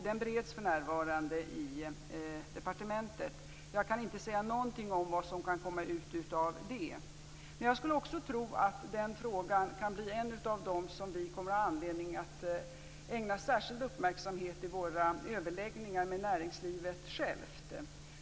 Den bereds för närvarande i departementet. Jag kan inte säga någonting om vad som kan komma ut av det arbetet. Jag skulle också tro att denna fråga kan bli en av de som vi kommer att ha anledning att ägna särskild uppmärksamhet i våra överläggningar med näringslivet självt.